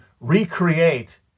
recreate